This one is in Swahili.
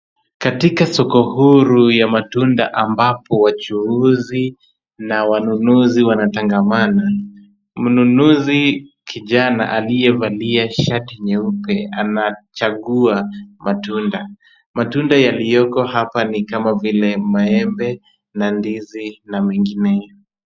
Katika soko huru ya matunda ambapo wachuuzi na wanunuzi wanatangamana, mnunuzi kijana aliyevalia shati nyeupe anachagua matunda. Matunda yaliyoko hapa ni kama vile maembe na ndizi na mengineyo.